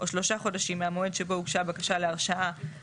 או 3 חודשים מהמועד שבו הוגשה בקשה להרשאה